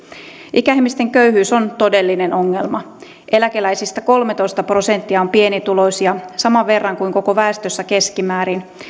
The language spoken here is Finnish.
ikäihmisten köyhyys on todellinen ongelma eläkeläisistä kolmetoista prosenttia on pienituloisia saman verran kuin koko väestössä keskimäärin